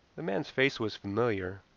the man's face was familiar,